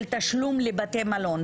של תשלום לבתי מלון.